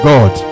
God